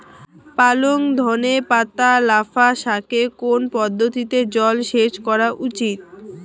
পালং ধনে পাতা লাফা শাকে কোন পদ্ধতিতে জল সেচ করা উচিৎ?